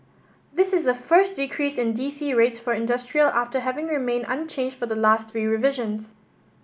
this is the first decrease in D C rates for industrial after having remained unchanged for the last three revisions